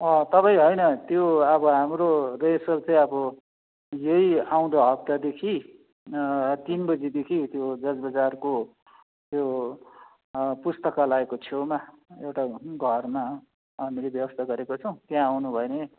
तपाईँ होइन त्यो अब हाम्रो रिहर्सल चाहिँ अब यही आउँदो हप्तादेखि तिन बजीदेखि त्यो जज बजारको त्यो पुस्तकालयको छेउमा एउटा घरमा हामीले व्यवस्था गरेको छौँ त्यहाँ आउनु भयो भने